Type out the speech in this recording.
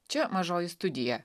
čia mažoji studija